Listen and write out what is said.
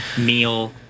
meal